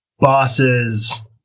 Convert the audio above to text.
Bosses